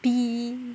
bee